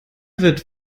wird